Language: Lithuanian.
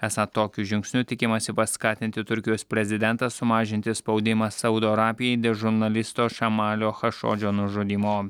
esą tokiu žingsniu tikimasi paskatinti turkijos prezidentą sumažinti spaudimą saudo arabijai dėl žurnalisto šamalio chašodžio nužudymo